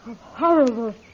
Horrible